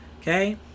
okay